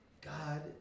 God